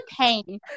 pain